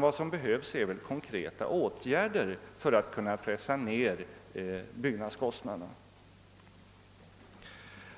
Vad som behövs är konkreta åtgärder för att pressa ned byggnadskostnaderna.